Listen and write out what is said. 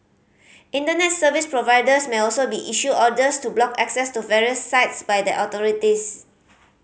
Internet service providers may also be issued orders to block access to various sites by the authorities